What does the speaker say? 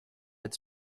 its